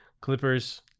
Clippers